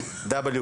תודה רבה לכולם.